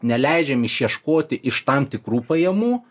neleidžiam išieškoti iš tam tikrų pajamų